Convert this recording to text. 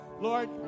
lord